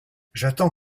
j’attends